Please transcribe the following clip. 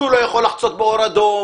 שהוא לא יכול לחצות באור אדום,